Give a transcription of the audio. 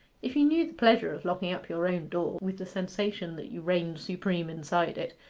if you knew the pleasure of locking up your own door, with the sensation that you reigned supreme inside it,